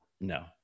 No